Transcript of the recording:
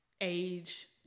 age